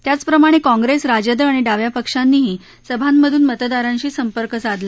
त्याचप्रमाणे काँग्रेस राजद आणि डाव्या पक्षांनीही सभामधून मतदारांशी संपर्क साधला